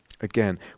Again